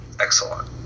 Excellent